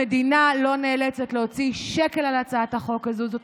המדינה לא נאלצת להוציא שקל על הצעת החוק הזאת.